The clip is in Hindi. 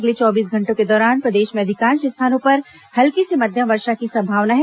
अगले चौबीस घंटों के दौरान प्रदेश में अधिकांश स्थानों पर हल्की से मध्यम वर्षा की संभावना है